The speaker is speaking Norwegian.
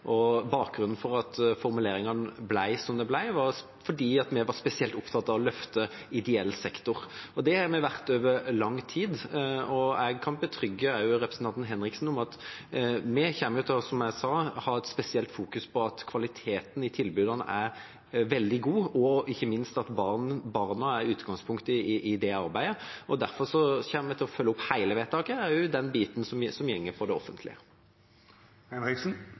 Bakgrunnen for at formuleringene ble som de ble, var at vi var spesielt opptatt av å løfte ideell sektor. Det har vi vært over lang tid. Jeg kan forsikre representanten Henriksen om at vi kommer, som jeg sa, til å fokusere spesielt på at kvaliteten i tilbudene er veldig god, og ikke minst at barna er utgangspunktet i det arbeidet. Derfor kommer vi til å følge opp hele vedtaket, også den biten som